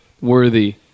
worthy